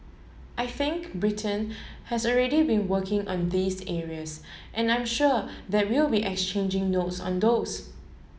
I think Britain has already been working on these areas and I'm sure that we'll be exchanging notes on those